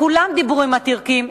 כולם דיברו עם הטורקים.